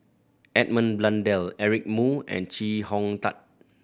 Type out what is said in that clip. Edmund Blundell Eric Moo and Chee Hong Tat